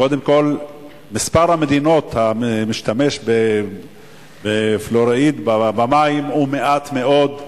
קודם כול מספר המדינות המשתמשות בפלואוריד במים הוא קטן מאוד.